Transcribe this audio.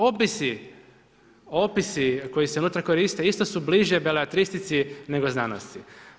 Opisi koji se unutra koriste isto su bliže beletristici nego znanosti.